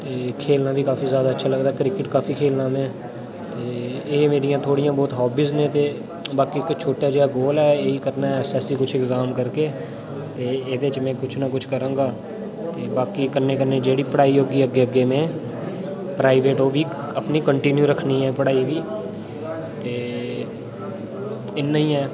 ते खेलना बी काफी ज़्यादा अच्छा लगदा क्रिकेट बी काफी खेलना में ते एह् मेरियां थोह्ड़ियां बोह्त होब्बिस न ते बाकी छोटा जेहा गोल ऐ ऐही करना ऐ एसएससी कुछ एग्जाम करके ते एह्दे च में कुछ ना कुछ करांगा ते बाकी कन्नै कन्नै जेह्ड़ी पढ़ाई होगी अग्गें अग्गें में प्राइवेट ओह् बी अपनी कंटिन्यू रक्खनी ऐ पढ़ाई बी ते इन्ना गै ऐ